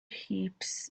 heaps